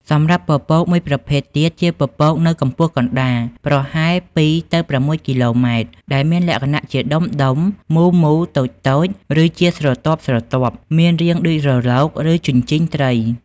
សម្រាប់់ពពកមួយប្រភេទទៀតជាពពកនៅកម្ពស់កណ្តាលប្រហែល ២ ទៅ ៦ គីឡូម៉ែត្រ ដែលមានលក្ខណៈជាដុំៗមូលៗតូចៗ ឬជាស្រទាប់ៗមានរាងដូចរលក ឬជញ្ជីងត្រី។